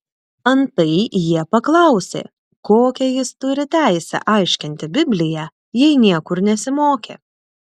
antai jie paklausė kokią jis turi teisę aiškinti bibliją jei niekur nesimokė